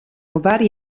vari